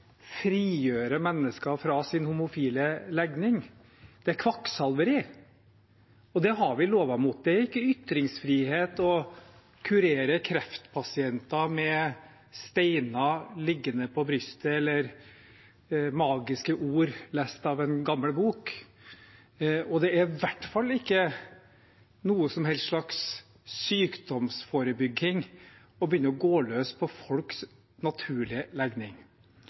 frigjøre mennesker fra deres homofile legning. Det er kvakksalveri. Og det har vi lover mot. Det er ikke ytringsfrihet å kurere kreftpasienter med stener liggende på brystet, eller magiske ord lest fra en gammel bok. Og det er i hvert fall ikke noen som helst slags sykdomsforebygging å begynne å gå løs på folks naturlige legning.